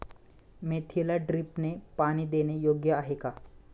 मेथीला ड्रिपने पाणी देणे योग्य आहे का?